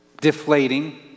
deflating